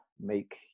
make